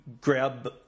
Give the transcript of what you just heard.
grab